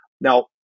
Now